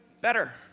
better